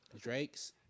Drake's